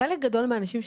את המיטות,